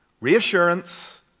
reassurance